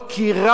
מה זה רב?